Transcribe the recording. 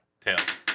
Tails